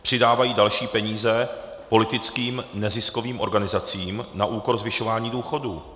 Přidávají další peníze politickým neziskovým organizacím na úkor zvyšování důchodů.